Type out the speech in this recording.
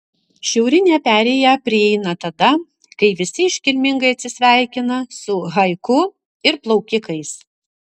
šiaurinę perėją prieina tada kai visi iškilmingai atsisveikina su haiku ir plaukikais